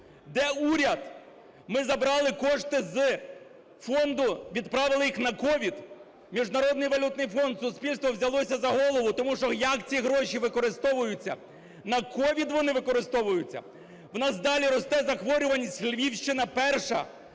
Де уряд? Ми забрали кошти з фонду, відправили їх на COVID. Міжнародний валютний фонд, суспільство взялося за голову, тому що як ці гроші використовуються. На COVID вони використовуються? У нас далі росте захворюваність, Львівщина перша.